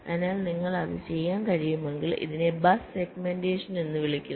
അതിനാൽ നിങ്ങൾക്ക് അത് ചെയ്യാൻ കഴിയുമെങ്കിൽ ഇതിനെ ബസ് സെഗ്മെന്റേഷൻ എന്ന് വിളിക്കുന്നു